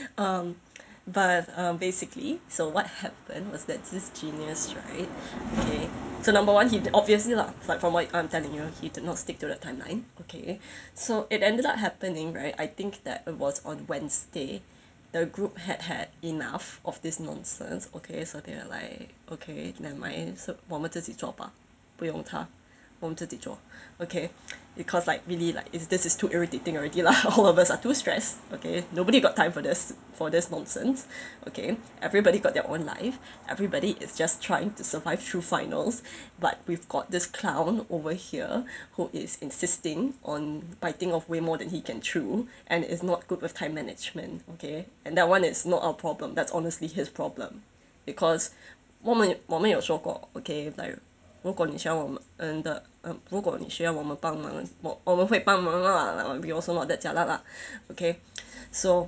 um but uh basically so what happened was that this genius right okay so number one he obviously lah like from what I'm telling you he did not stick to the timeline okay so it ended up happening right I think that it was on wednesday the group had had enough of this nonsense okay so they were like okay never mind so 我们自己做吧不用他我们自己做 okay because like really like is this is too irritating already lah all of us are too stressed okay nobody got time for this for this nonsense okay everybody got their own life everybody is just trying to survive through finals but we've got this clown over here who is insisting on biting off way more than he can chew and is not good with time management okay and that one is not our problem that's honestly his problem because 我们我们有说过 okay like 如果你需要我们的 uh 如果你需要我们帮忙我我们会帮忙 lah like we also not that jialat lah okay so